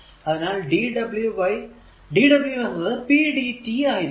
അതിനാൽ dw എന്നത് pdt ആയിരിക്കും